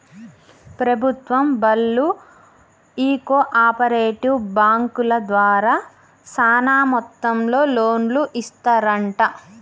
ప్రభుత్వం బళ్ళు ఈ కో ఆపరేటివ్ బాంకుల ద్వారా సాన మొత్తంలో లోన్లు ఇస్తరంట